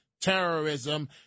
terrorism